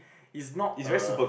is not a